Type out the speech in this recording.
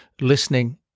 listening